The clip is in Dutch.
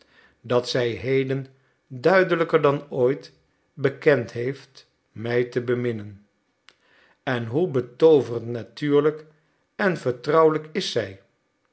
dat zij heden duidelijker dan ooit bekend heeft mij te beminnen en hoe betooverend natuurlijk en vertrouwelijk is zij